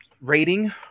rating